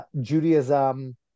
Judaism